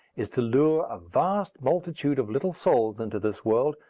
is to lure a vast multitude of little souls into this world,